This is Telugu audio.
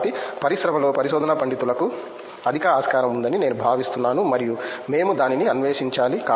కాబట్టి పరిశ్రమలో పరిశోధనా పండితులకు అధిక ఆస్కారం ఉందని నేను భావిస్తున్నాను మరియు మేము దానిని అన్వేషించాలి